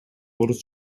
орус